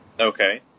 Okay